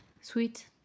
Sweet